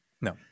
No